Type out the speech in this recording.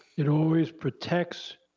it always protects,